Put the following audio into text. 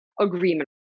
Agreement